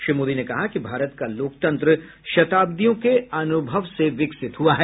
श्री मोदी ने कहा कि भारत का लोकतंत्र शताब्दियों के अनुभव से विकसित हुआ है